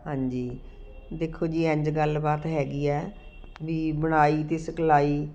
ਹਾਂਜੀ ਦੇਖੋ ਜੀ ਇੰਝ ਗੱਲ ਬਾਤ ਹੈਗੀ ਹੈ ਵੀ ਬੁਣਾਈ ਅਤੇ ਸਿਖਲਾਈ